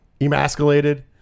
emasculated